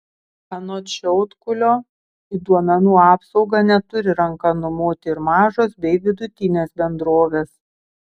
anot šiaudkulio į duomenų apsaugą neturi ranka numoti ir mažos bei vidutinės bendrovės